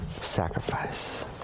sacrifice